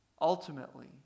ultimately